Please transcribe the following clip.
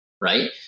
right